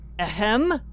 Ahem